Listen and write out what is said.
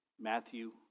Matthew